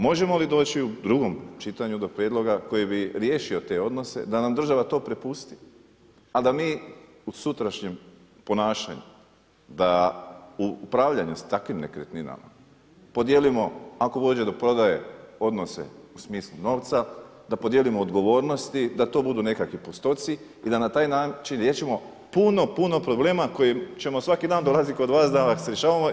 Možemo li doći u drugom čitanju do prijedloga koji bi riješio te odnose, da nam država to prepusti, a da mi u sutrašnjem ponašanju, da upravljanje sa takvim nekretninama podijelimo ako dođe do prodaje odnose u smislu novca, da podijelimo odgovornosti da to budu nekakvi postotci i da na taj način riješimo puno, puno problema koje ćemo svaki dan dolazit kod vas da vas rješavamo.